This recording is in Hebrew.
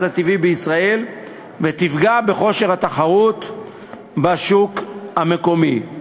הטבעי בישראל ותפגע בכושר התחרות בשוק המקומי.